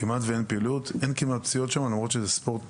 כמעט ואין פעילויות ואין כמעט פציעות שם למרות שזה ספורט